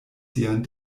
sian